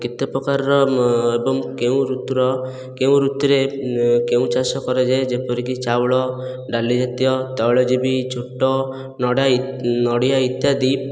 କେତେ ପ୍ରକାରର ଏବଂ କେଉଁ ଋତୁର କେଉଁ ଋତୁରେ କେଉଁ ଚାଷ କରାଯାଏ ଯେପରିକି ଚାଉଳ ଡାଲି ଜାତୀୟ ତୈଳଯିବି ଝୋଟ ନଡ଼ାଇ ନଡ଼ିଆ ଇତ୍ୟାଦି